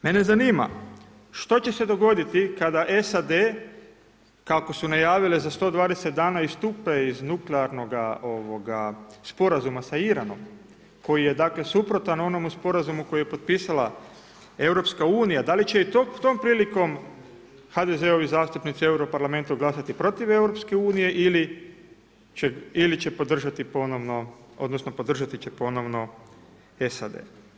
Mene zanima što će se dogoditi kada SAD kako su najavili za 120 dana istupe iz nuklearnoga sporazuma sa Iranom koji je dakle, suprotan onome sporazumu koji je potpisala EU, da li će i tom prilikom HDZ-ovi zastupnici glasati protiv EU ili će podržati, odnosno, podržati će ponovno SAD.